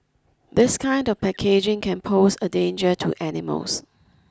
this kind of packaging can pose a danger to animals